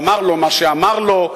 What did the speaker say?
ואמר לו מה שאמר לו,